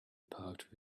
parked